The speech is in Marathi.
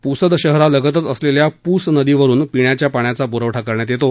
पुसद शहरालगतच असलेल्या पूस नदीवरून पिण्याच्या पाण्याचा पुरवठा करण्यात येतो